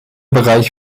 bereich